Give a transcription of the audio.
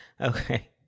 Okay